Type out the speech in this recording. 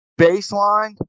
baseline